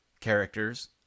characters